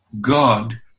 God